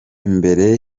imbere